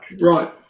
Right